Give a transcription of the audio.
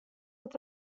dat